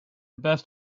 best